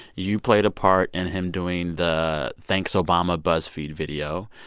you played a part in him doing the thanks-obama buzzfeed video.